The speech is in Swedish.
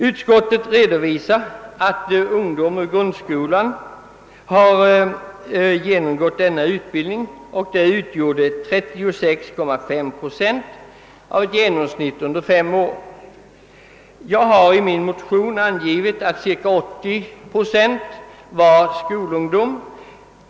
Utskottet redovisar att antalet grundskoleelever som under budgetåren 1964 67 genomgått denna utbildning utgjorde i genomsnitt 36,5 procent av totala antalet kursdeltagare. Jag har i min motion angivit att cirka 80 procent var skolungdom.